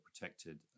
protected